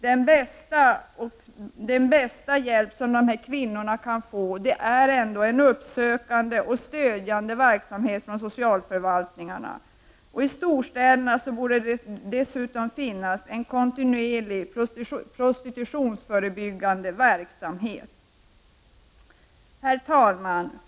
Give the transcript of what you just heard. Den bästa hjälp dessa kvinnor kan få är ändå en uppsökande och stödjande verksamhet från socialförvaltningarna. I storstäderna borde det dessutom finnas en kontinuerlig prostitutionsförebyggande verksamhet. Herr talman!